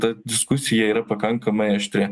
ta diskusija yra pakankamai aštri